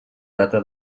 data